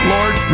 Lord